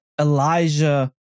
Elijah